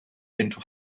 into